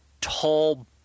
tall